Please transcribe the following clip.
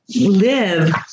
live